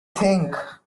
think